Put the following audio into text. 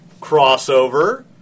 crossover